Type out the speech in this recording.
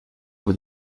vous